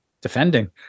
defending